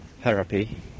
Therapy